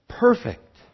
Perfect